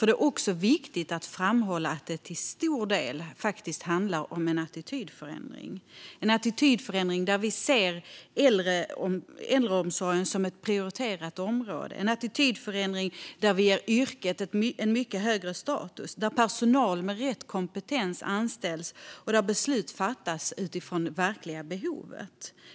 Det är viktigt att framhålla att det till stor del handlar om en attitydförändring där vi ser äldreomsorgen som ett prioriterat område, där vi ger yrket en mycket högre status, där personal med rätt kompetens anställs och där beslut fattas utifrån verkliga behov.